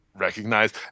recognize